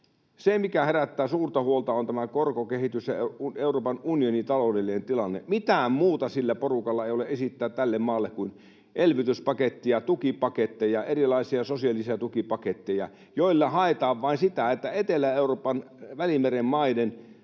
Se, mikä herättää suurta huolta, on tämä korkokehitys ja Euroopan unionin taloudellinen tilanne. Mitään muuta sillä porukalla ei ole esittää tälle maalle kuin elvytyspakettia, tukipaketteja, erilaisia sosiaalisia tukipaketteja, joilla haetaan vain sitä, että Etelä-Euroopan, Välimeren maiden